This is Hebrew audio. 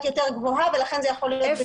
יותר גבוהה ולכן זה יכול להיות בתקנות.